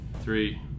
Three